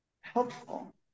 helpful